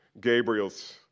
Gabriel's